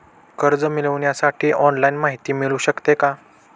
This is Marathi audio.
कर्ज मिळविण्यासाठी ऑनलाईन माहिती मिळू शकते का?